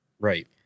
Right